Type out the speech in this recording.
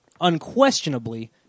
unquestionably